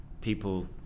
people